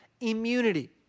immunity